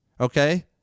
okay